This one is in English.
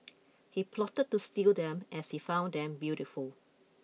he plotted to steal them as he found them beautiful